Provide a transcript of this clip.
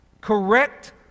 correct